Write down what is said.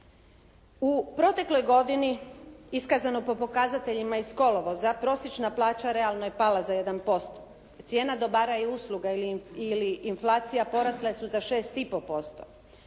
U protekloj godini iskazano po pokazateljima iz kolovoza prosječna plaća realno je pala za 1%. Cijena dobara i usluga ili inflacija porasle su za 6,5%.